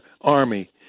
army